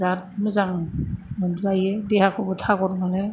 दाद मोजां मोनजायो देहाखौबो थागर मोनो